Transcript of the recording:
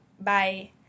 bye